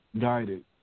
guided